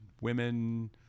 women